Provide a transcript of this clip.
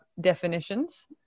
definitions